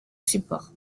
supports